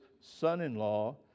son-in-law